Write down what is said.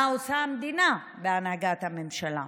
מה עושה המדינה בהנהגת הממשלה?